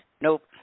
Nope